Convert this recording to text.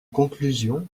conclusion